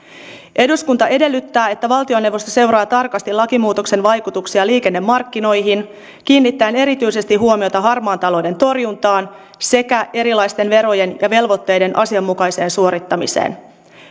eduskunta edellyttää että valtioneuvosto seuraa tarkasti lakimuutoksen vaikutuksia liikennemarkkinoihin kiinnittäen erityisesti huomiota harmaan talouden torjuntaan sekä erilaisten verojen ja velvoitteiden asianmukaiseen suorittamiseen